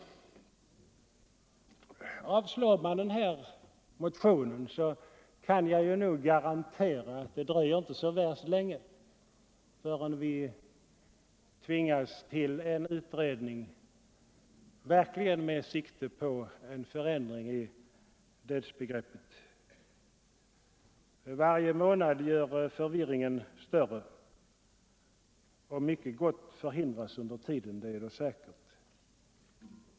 Avslår man den här motionen kan jag nog garantera att det inte dröjer så värst länge förrän vi tvingas till en utredning med sikte på en förändring av dödsbegreppet. Förvirringen blir större för varje månad. Mycket gott förhindras under tiden, det är säkert.